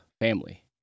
family